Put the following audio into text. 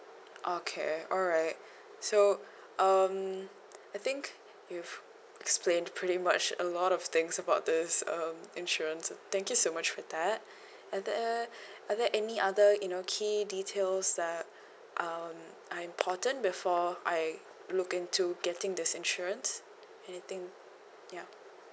okay alright so um I think you've explained pretty much a lot of things about this um insurance thank you so much for that are there are there any other you know key details that um are important before I look into getting this insurance anything yup